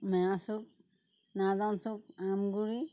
মেৰাচুক নাযাও চুক আমগুৰি